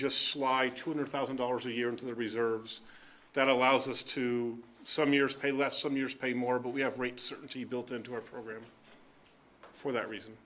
just slide two hundred thousand dollars a year into the reserves that allows us to some years pay less some years pay more but we have rate certainty built into our program for that reason